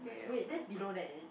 wait that's below that is it